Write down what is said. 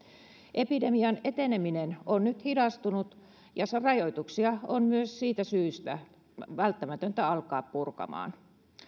epidemian eteneminen on nyt hidastunut ja rajoituksia on myös siitä syystä välttämätöntä alkaa purkamaan